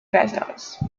vessels